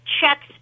checks